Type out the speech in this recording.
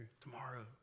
tomorrow